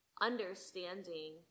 understanding